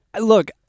Look